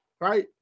right